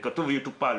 וכתוב 'יטופל',